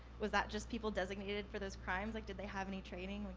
was that just people designated for those crimes? like did they have any training?